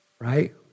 Right